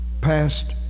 past